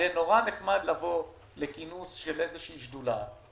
הרי נורא נחמד לבוא לכינוס של איזושהי שדולה,